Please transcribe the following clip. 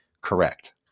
correct